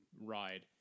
ride